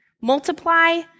Multiply